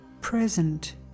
present